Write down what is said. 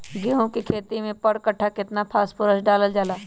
गेंहू के खेती में पर कट्ठा केतना फास्फोरस डाले जाला?